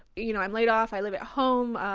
you know i'm laid off, i live at home.